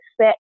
set